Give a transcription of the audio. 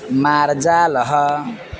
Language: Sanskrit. मार्जालः